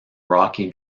rocky